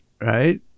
right